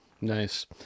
Nice